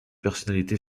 personnalité